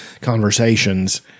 conversations